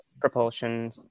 propulsion